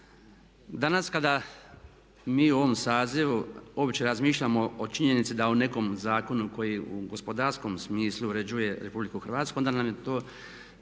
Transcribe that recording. Danas kada mi u ovom sazivu uopće razmišljamo o činjenici da u nekom zakonu koji u gospodarskom smislu uređuje RH onda nam to djeluje